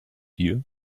here